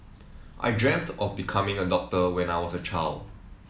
I dreamt of becoming a doctor when I was a child